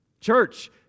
Church